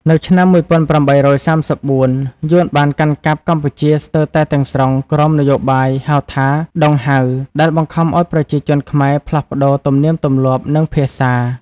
នៅឆ្នាំ ១៨៣៤ យួនបានកាន់កាប់កម្ពុជាស្ទើរតែទាំងស្រុងក្រោមនយោបាយហៅថា "ដុងហៅ" ដែលបង្ខំឱ្យប្រជាជនខ្មែរផ្លាស់ប្តូរទំនៀមទម្លាប់ និងភាសា។